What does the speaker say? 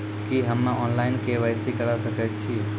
की हम्मे online, KYC करा सकैत छी?